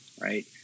right